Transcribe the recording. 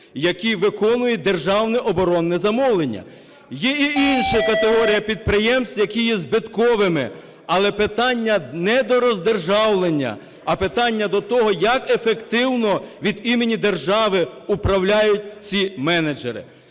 які виконують державне оборонне замовлення. Є й інша категорія підприємств, які є збитковими. Але питання не до роздержавлення, а питання до того, як ефективно від імені держави управляють ці менеджери.